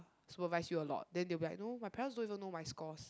supervise you a lot then they will be like no my parents don't even know my scores